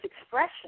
expression